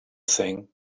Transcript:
thing